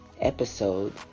episode